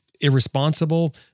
irresponsible